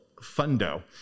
fundo